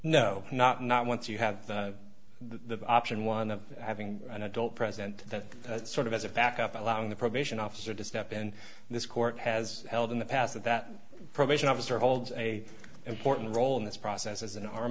no not not once you have the option one of having an adult present that sort of as a backup allowing the probation officer to step in this court has held in the past that that probation officer holds a important role in this process as an arm